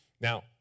Now